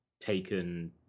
taken